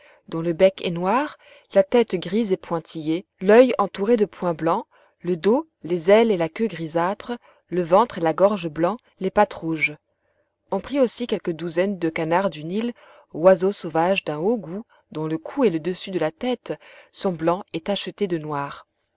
dont le bec est noir la tête grise et pointillée l'oeil entouré de points blancs le dos les ailes et la queue grisâtres le ventre et la gorge blancs les pattes rouges on prit aussi quelques douzaines de canards du nil oiseaux sauvages d'un haut goût dont le cou et le dessus de la tête sont blancs et tachetés de noir